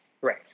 Right